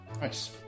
Nice